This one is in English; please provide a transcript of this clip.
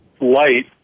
light